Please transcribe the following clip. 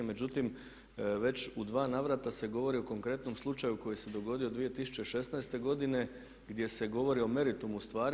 Međutim, već u dva navrata se govori o konkretnom slučaju koji se dogodio 2016. godine gdje se govori o meritumu stvari.